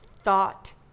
thought